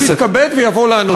שיתכבד ויבוא לענות לנו.